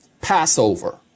Passover